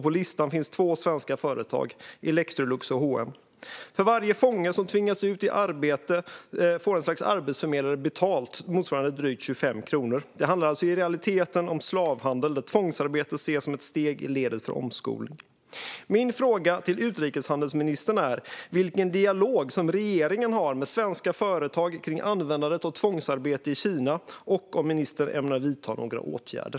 På listan finns två svenska företag, Electrolux och H & M. För varje fånge som tvingas ut i arbete får ett slags arbetsförmedlare betalt motsvarande drygt 25 kronor. Det handlar alltså i realiteten om slavhandel. Tvångsarbete ses som ett led i omskolningen. Min fråga till utrikeshandelsministern är vilken dialog regeringen har med svenska företag om användandet av tvångsarbete i Kina och om ministern ämnar vidta några åtgärder.